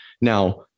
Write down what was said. Now